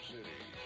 City